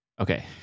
Okay